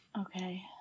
Okay